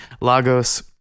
Lagos